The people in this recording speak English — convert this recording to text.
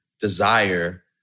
desire